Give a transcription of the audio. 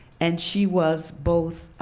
and she was both